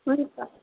हुन्छ